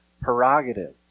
prerogatives